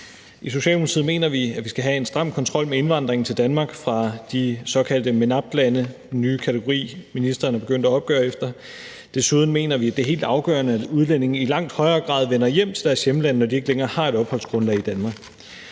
I Socialdemokratiet mener vi, at vi skal have en stram kontrol med indvandringen til Danmark fra de såkaldte MENAP-lande, som er den nye kategori, ministeren er begyndt at opgøre efter. Desuden mener vi, at det er helt afgørende, at udlændinge i langt højere grad vender hjem til deres hjemlande, når de ikke længere har et opholdsgrundlag i Danmark.